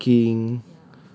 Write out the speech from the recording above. the hacking